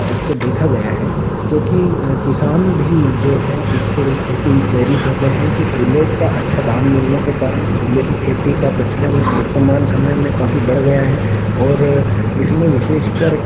को देखा गया है क्योंकि किसान भी जो है इसके लिए प्रति प्रेरित होते हैं कि फ़ूलों का अच्छा दाम मिलने के कारण फ़ूलों की खेती का प्रचलन वर्तमान समय में काफ़ी बढ़ गया है और इसमें विशेषकर